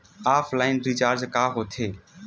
Offline recharge कहां होथे?